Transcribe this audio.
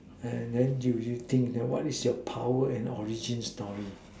and then do you think what is your power and origin story